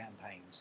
campaigns